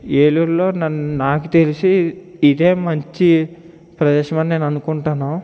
ఏలూరులో నన్ను నాకు తెలిసి ఇదే మంచి ప్రదేశమని నేను అనుకుంటాను